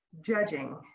judging